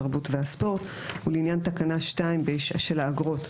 התרבות והספורט ולעניין תקנה 2 של העלות,